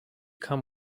come